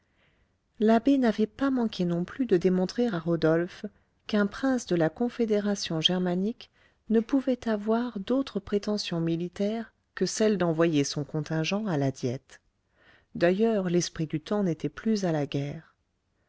l'abbé n'avait pas manqué non plus de démontrer à rodolphe qu'un prince de la confédération germanique ne pouvait avoir d'autre prétention militaire que celle d'envoyer son contingent à la diète d'ailleurs l'esprit du temps n'était plus à la guerre